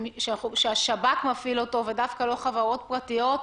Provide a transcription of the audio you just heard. שהשב"כ מפעיל אותו ודווקא לא חברות פרטיות,